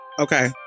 okay